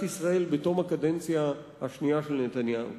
ישראל בתום הקדנציה השנייה של נתניהו.